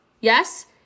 yes